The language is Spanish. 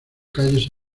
calles